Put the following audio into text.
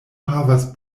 havas